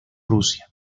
rusia